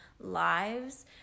lives